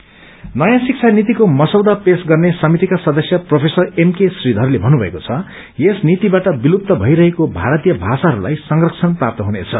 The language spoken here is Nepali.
एड़केशन पोलिसी नयाँ शिक्षा नीतिको मसौदा पेश गर्ने समितिका सदस्य प्रोफेसर एमके श्रीयरले भन्नुमएको छ यस नीतिबाट विलुप्त मइरहेको भारतीय भाषाहरू संरक्षण प्रात्त हुनेछ